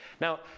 Now